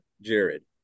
Jared